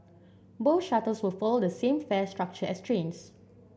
both shuttles will follow the same fare structure as trains